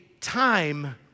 time